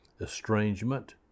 estrangement